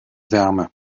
wärme